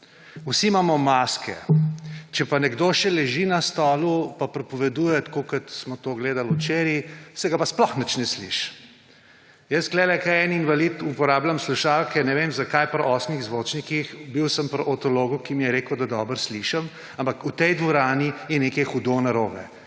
Vsi imamo maske, če pa nekdo še leži na stolu pa pripoveduje, tako kot smo to gledali včeraj, se ga pa sploh nič ne sliši. Jaz tukaj kot en invalid uporabljam slušalke, ne vem, zakaj pri osmih zvočnikih. Bil sem pri otologu, ki mi je rekel, da dobro slišim. Ampak v tej dvorani je nekaj hudo narobe.